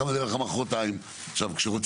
כמה זה יעלה לך מחרתיים.